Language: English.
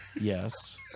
yes